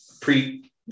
pre-